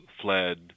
fled